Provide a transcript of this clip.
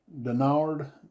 Denard